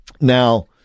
now